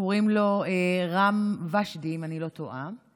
קוראים לו רם ושדי, אם אני לא טועה,